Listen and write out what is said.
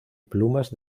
plumas